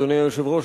אדוני היושב-ראש,